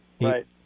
Right